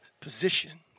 position